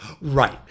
Right